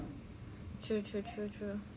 true true true true